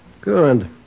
Good